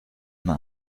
man